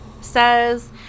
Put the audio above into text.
says